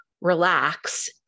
relax